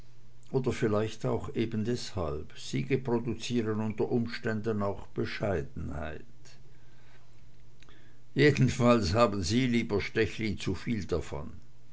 oder vielleicht auch eben deshalb siege produzieren unter umständen auch bescheidenheit jedenfalls haben sie lieber stechlin zuviel davon